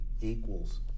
equals